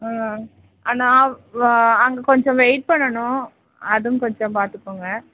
ம் ஆனால் அங்கே கொஞ்சம் வெயிட் பண்ணணும் அதுவும் கொஞ்சம் பார்த்துக்கோங்க